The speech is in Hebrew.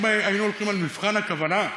אם היינו הולכים על מבחן הכוונה,